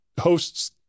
hosts